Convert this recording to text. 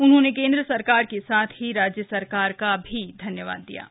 उन्होंने केन्द्र सरकार के साथ ही राज्य सरकार का भी धन्यवाद दिया है